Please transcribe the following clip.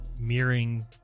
mirroring